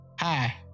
Hi